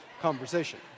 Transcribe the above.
conversation